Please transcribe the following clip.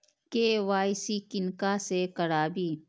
KYC किनका से कराबी?